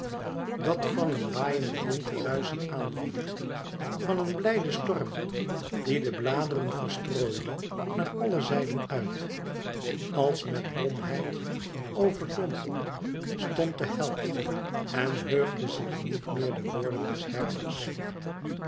dat van een waaiïenden wind te ruischen aanving van een blijden storm die de bladeren verstrooide naar alle zijden uit als met domheid overdompeld stond de held en heugde zich niet meer de woorden des herders